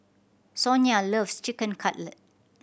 Sonia loves Chicken Cutlet